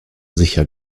sicher